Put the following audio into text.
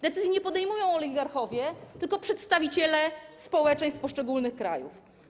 Decyzje podejmują nie oligarchowie, tylko przedstawiciele społeczeństw poszczególnych krajów.